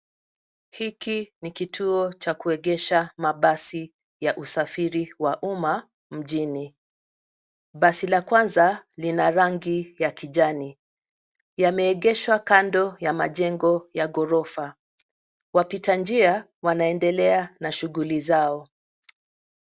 Hiki ni kituo cha kuegesha mabasi ya usafiri wa umma mjini. Basi la kwanza lina rangi ya kijani. Yameegeshwa kando ya majengo ya ghorofa. Wapita njia wanaendelea na shughuli zao.